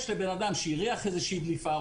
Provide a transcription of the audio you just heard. בן-אדם שהריח איזושהי דליפה,